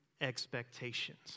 expectations